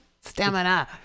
stamina